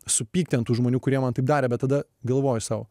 supykti ant tų žmonių kurie man taip darė bet tada galvoju sau